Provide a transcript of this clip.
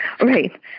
Right